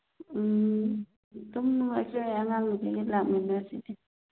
ꯎꯝ ꯑꯗꯨꯝ ꯅꯨꯡꯉꯥꯏꯖꯩ ꯑꯉꯥꯡ ꯅꯨꯄꯤꯒ ꯂꯥꯛꯃꯤꯟꯅꯕꯁꯤꯗꯤ